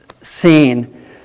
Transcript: seen